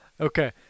Okay